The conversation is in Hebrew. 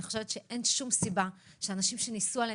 אני חושבת שאין שום סיבה שאנשים שניסו עליהם